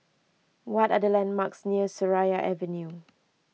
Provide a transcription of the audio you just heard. what are the landmarks near Seraya Avenue